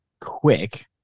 quick